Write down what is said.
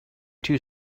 two